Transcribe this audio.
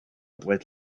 with